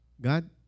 God